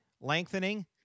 lengthening